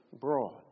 broad